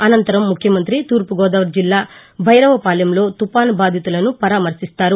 అనంతరం ముఖ్యమంతి తూర్పుగోదావరి జిల్లా భైరవపాలెంలో తుపాన్ బాధితులను పరామర్శిస్తారు